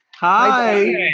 hi